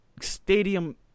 Stadium